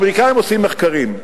האמריקנים עושים מחקרים,